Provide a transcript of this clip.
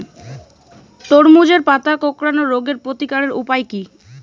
তরমুজের পাতা কোঁকড়ানো রোগের প্রতিকারের উপায় কী?